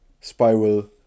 spiral